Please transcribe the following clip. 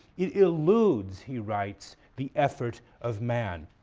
it eludes, he writes, the effort of man.